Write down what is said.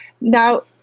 now